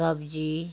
सब्ज़ी